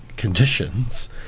conditions